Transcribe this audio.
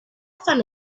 found